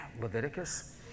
Leviticus